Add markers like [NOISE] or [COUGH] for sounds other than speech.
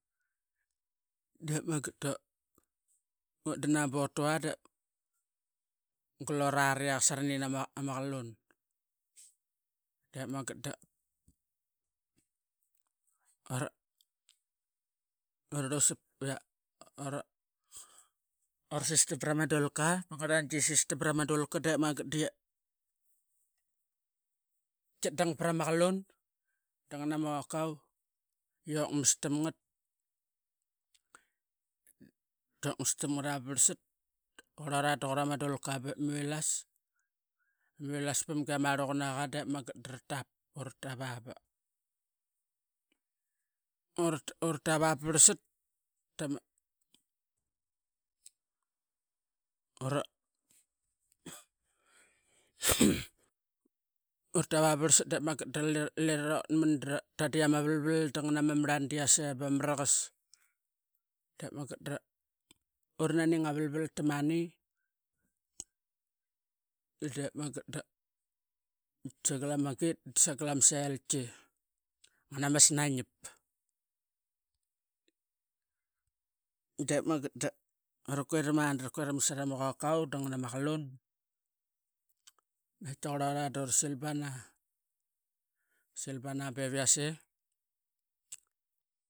Dep mangat da utdan botua gal urari qoson ranin ama qalun. Dep mangat da or- ora urursap, ura sistam prama dulka ama ngarnangi tisistam prama dulka titdang brama qalun dangon ama qokau tiokmas tam ngata bavasat duqurara qurama dulka bep vilas vilas pamangat ama ruqanaqa dep mangat doratap uratava uratava bavarsat [NOISE] ura tapva bavarsat lirotman dratit ama maran dama varlvarl i yas ee bama mamaraqas dop mangat dorananing ama varlvarl tamani. Dep mangat sangal ama mangit da sangam ama git sangal ama snaiap dep mangat da ura queram a queram sara ama qopkau da ngua ama qalun naqaiki qurora doral silbeba urasi bana be vi yas ee.